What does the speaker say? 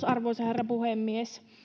arvoisa herra puhemies